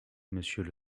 monsieur